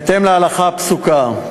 בהתאם להלכה הפסוקה,